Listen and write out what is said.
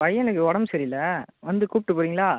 பையனுக்கு உடம்பு சரியில்லை வந்து கூப்பிட்டு போகிறிங்களா